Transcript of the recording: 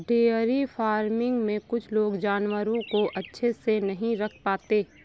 dairy farming में कुछ लोग जानवरों को अच्छे से नहीं रख पाते